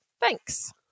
Thanks